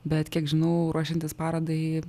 bet kiek žinau ruošiantis parodai